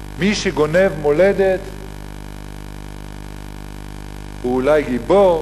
מי שגונב מולדת הוא אולי גיבור,